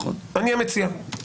אני המציע.